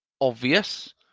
obvious